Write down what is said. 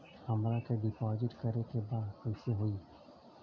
हमरा के डिपाजिट करे के बा कईसे होई?